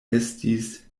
estis